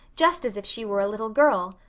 just as if she were a little girl!